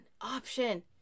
option